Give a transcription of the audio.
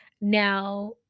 Now